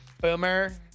boomer